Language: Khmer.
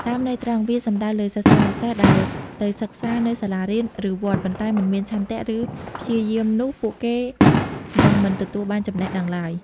តាមន័យត្រង់ វាសំដៅលើសិស្សានុសិស្សដែលទៅសិក្សានៅសាលារៀន ឬវត្ត ប៉ុន្តែមិនមានឆន្ទៈ ឬព្យាយាមនោះ ពួកគេនឹងមិនទទួលបានចំណេះដឹងឡើយ។